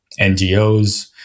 NGOs